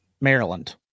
Maryland